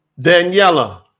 Daniela